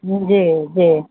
जी जी